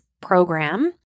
program